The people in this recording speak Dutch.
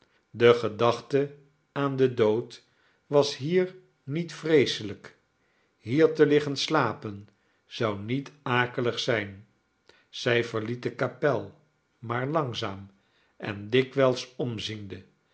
de gedachte aan den dood was hier niet vreeselijk hier te liggen slapen zou niet akelig zijn zij verliet de kapel maar langzaam en dikwijls omziende